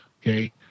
okay